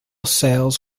sales